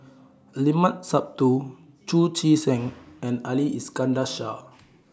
The Limat Sabtu Chu Chee Seng and Ali Iskandar Shah